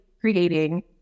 creating